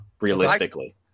realistically